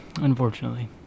Unfortunately